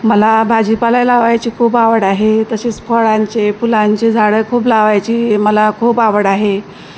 मला भाजीपालाय लावायची खूप आवड आहे तसेच फळांचे फुलांचे झाडं खूप लावायची मला खूप आवड आहे